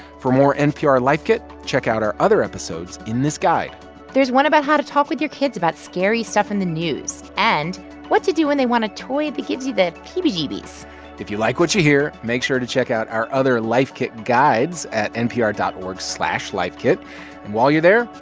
for more npr life kit, check out our other episodes in this guide there's one about how to talk with your kids about scary stuff in the news and what to do when they want a toy that gives you the heebie-jeebies if you like what you hear, make sure to check out our other life kit guides at npr dot org slash lifekit. and while you're there,